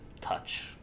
touch